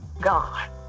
God